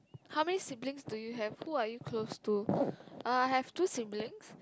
how many siblings do you have who are you close to err I have two siblings